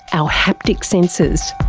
our haptic senses.